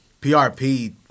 PRP